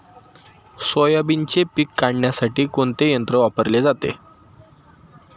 सोयाबीनचे पीक काढण्यासाठी कोणते यंत्र वापरले जाते?